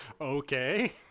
Okay